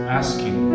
asking